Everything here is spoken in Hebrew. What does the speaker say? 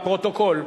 לפרוטוקול,